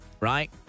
right